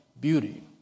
beauty